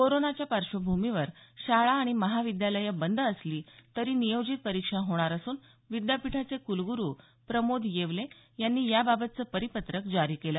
कोरोनाच्या पार्श्वभूमीवर शाळा आणि महाविद्यालये बंद असली तरी नियोजित परिक्षा होणार असून विद्यापीठाचे कुलगुरु प्रमोद येवले यांनी याबाबतचं परिपत्रक जारी केलं